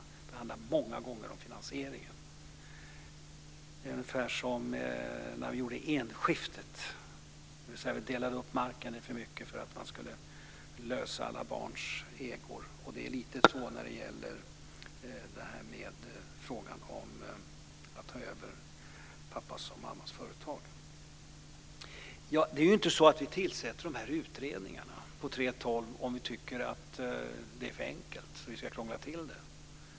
Många gånger handlar det också om finansiering. Man kan göra en jämförelse med enskiftet, när ägorna lades ihop för att lösa problemet när barnen skulle ta över marken. Här handlar det om att ta över pappas och mammas företag. Vi tillsätter inte utredningar därför att vi tycker att reglerna är för enkla och vi vill krångla till dem.